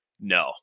no